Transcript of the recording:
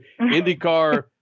IndyCar